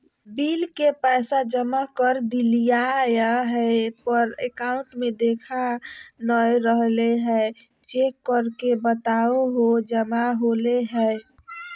Bill के पैसा जमा कर देलियाय है पर अकाउंट में देखा नय रहले है, चेक करके बताहो जमा होले है?